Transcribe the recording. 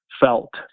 felt